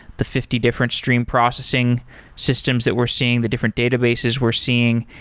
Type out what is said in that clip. the fifty different stream processing systems that we're seeing, the different databases we're seeing,